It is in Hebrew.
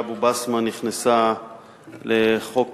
שאבו-בסמה נכנסה לחוק